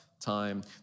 time